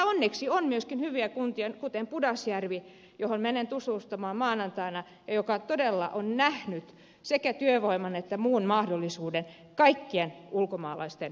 mutta onneksi on myöskin hyviä kuntia kuten pudasjärvi johon menen tutustumaan maanantaina ja joka todella on nähnyt sekä työvoiman että muun mahdollisuuden kaikkien ulkomaalaisten osalta